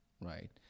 right